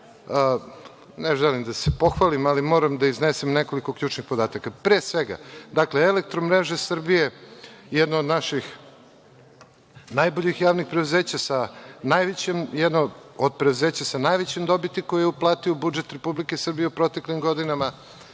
ne želim da se pohvalim, ali moram da iznesem nekoliko ključnih podataka, pre svega, Elektromreže Srbije, jedna od naših najboljih javnih preduzeća, jedno od preduzeća sa najvećim dobiti koju je uplatio u budžet Republike Srbije u proteklim godinama,